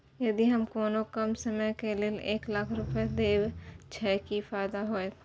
यदि हम कोनो कम समय के लेल एक लाख रुपए देब छै कि फायदा होयत?